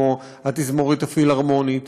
כמו התזמורת הפילהרמונית.